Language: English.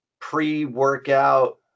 pre-workout